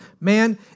man